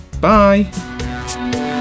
Bye